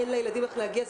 אין לילדים איך להגיע.